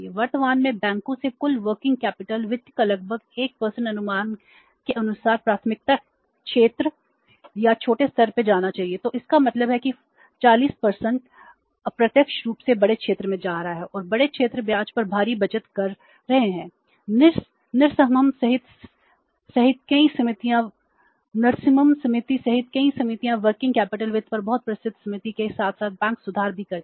वर्तमान में बैंकों से कुल वर्किंग कैपिटल वित्त पर बहुत प्रसिद्ध समिति के साथ साथ बैंक सुधार भी करती हैं